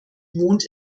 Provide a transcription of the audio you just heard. wohnt